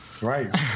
Right